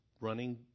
running